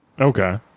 okay